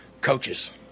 Coaches